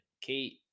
Kate